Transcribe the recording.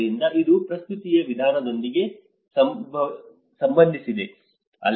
ಆದ್ದರಿಂದ ಇದು ಪ್ರಸ್ತುತಿಯ ವಿಧಾನದೊಂದಿಗೆ ಸಂಬಂಧಿಸಿದೆ